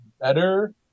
better